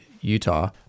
Utah